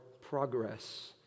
progress